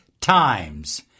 times